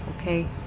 okay